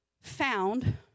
found